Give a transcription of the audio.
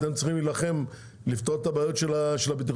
אתם צריכים להילחם לפתור את הבעיות של הבטיחות